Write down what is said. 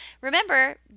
Remember